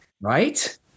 Right